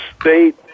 state